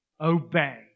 obey